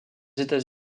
états